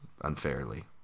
unfairly